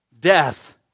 Death